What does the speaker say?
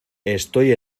estoy